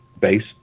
base